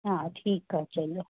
हा ठीकु आहे चलो